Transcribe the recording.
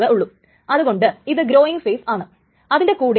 ഓരോ ക്ഷണവും ഒരു ടൈം സ്റ്റാമ്പ് അത് തരും